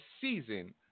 season